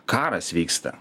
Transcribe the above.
karas vyksta